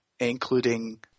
Including